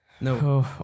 No